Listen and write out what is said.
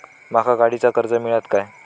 माका गाडीचा कर्ज मिळात काय?